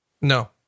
No